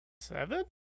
seven